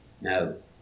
No